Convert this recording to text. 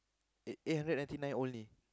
eight eight hundred ninety nine only